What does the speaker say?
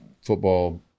football